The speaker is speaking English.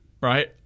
Right